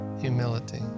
humility